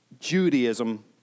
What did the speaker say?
Judaism